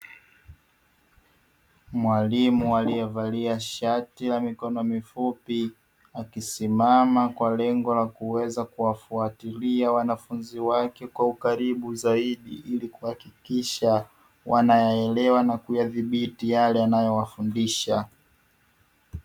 Mwalimu aliye valia shati la mikono mifupi, akisimama kwa lengo la kuweza kuwafuatilia wanafunzi wake kwa ukaribu zaidi, ili kuhakikisha wanayaelewa na kuyadhibiti yale anayofundisha.